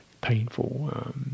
painful